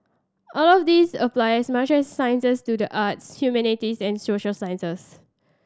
all of these apply as much the sciences as to the arts humanities and social sciences